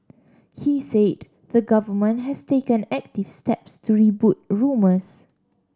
he said the Government has taken active steps to rebut rumours